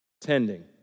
Tending